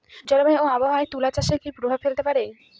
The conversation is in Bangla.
জলবায়ু ও আবহাওয়া তুলা চাষে কি প্রভাব ফেলতে পারে?